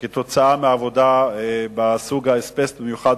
כתוצאה מהעבודה באזבסט, במיוחד